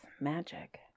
magic